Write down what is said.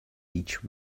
each